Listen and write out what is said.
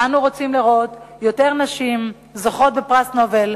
אנו רוצים לראות יותר נשים זוכות בפרס נובל,